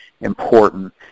important